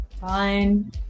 fine